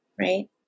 Right